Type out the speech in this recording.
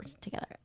together